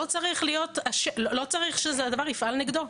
לא צריך שהדבר יפעל נגדו.